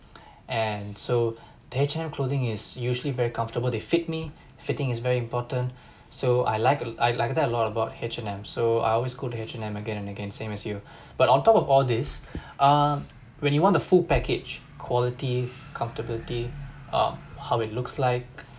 and so the H&M clothing is usually very comfortable they fit me fitting is very important so I like I like that a lot about H&M so I always go to H&M again and again same as you but on top of all this ah when you want the full package quality comfortability uh how it looks like